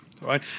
right